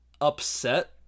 upset